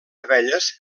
abelles